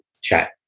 chat